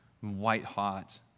white-hot